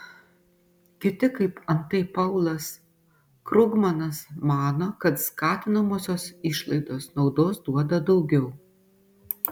kiti kaip antai paulas krugmanas mano kad skatinamosios išlaidos naudos duoda daugiau